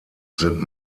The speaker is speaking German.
sind